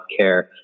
healthcare